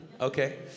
Okay